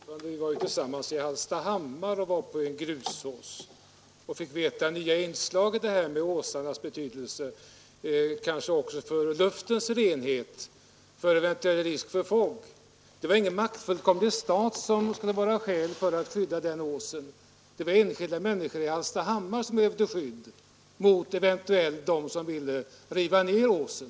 Fru talman! Vi var tillsammans i Hallstahammar och var på en grusås. Vi fick då veta en del nya fakta om åsarnas betydelse, kanske också för luftens renhet, för eventuell risk för fog. Det rör sig alltså inte om någon maktfullkomlig stats intressen. De är enskilda människor i Hallstahammar som behöver skydd mot dem som eventuellt vill förstöra åsen.